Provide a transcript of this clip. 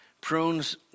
prunes